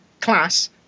Class